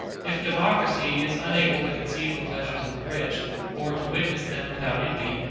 if democracy is unable to conceive the pleasures of the rich or to witness them without envy,